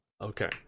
Okay